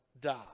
die